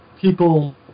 people